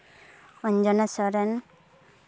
ᱚᱧᱡᱚᱱᱟ Soren